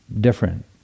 different